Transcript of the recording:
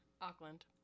Auckland